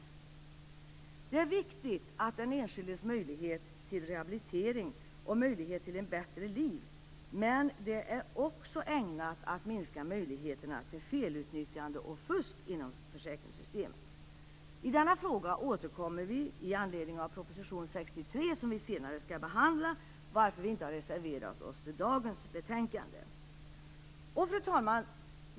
Det är viktigt för den enskildes möjlighet till rehabilitering och möjlighet till ett bättre liv, men det är också ägnat att minska möjligheterna till felutnyttjande och fusk inom försäkringssystemen. I denna fråga återkommer vi med anledning av proposition 63, som vi senare skall behandla. Därför har vi inte reserverat oss i dagens betänkande. Fru talman!